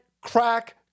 crack